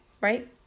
right